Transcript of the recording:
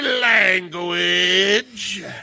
language